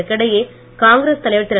இதற்கிடையே காங்கிரஸ் தலைவர் திரு